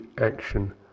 action